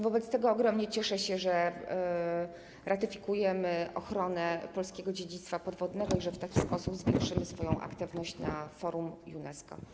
Wobec tego ogromnie cieszę się, że ratyfikujemy przepisy dotyczące ochrony polskiego dziedzictwa podwodnego i że w taki sposób zwiększymy swoją aktywność na forum UNESCO.